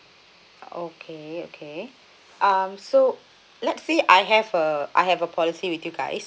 okay okay um so let's say I have a I have a policy with you guys